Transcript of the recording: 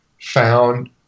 found